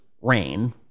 rain